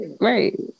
Right